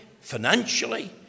financially